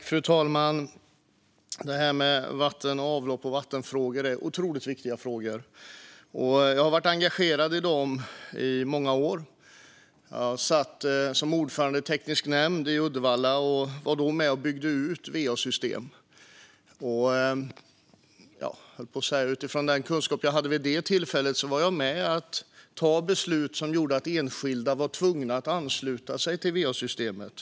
Fru talman! Det här med vatten och avlopp är otroligt viktiga frågor. Jag har varit engagerad i dem i många år. Jag satt som ordförande i en teknisk nämnd i Uddevalla och var då med och byggde ut va-system. Utifrån den kunskap jag hade vid det tillfället var jag med och fattade beslut som gjorde att enskilda var tvungna att ansluta sig till va-systemet.